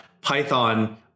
Python